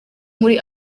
muri